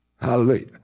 Hallelujah